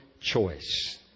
choice